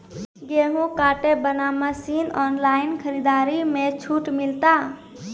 गेहूँ काटे बना मसीन ऑनलाइन खरीदारी मे छूट मिलता?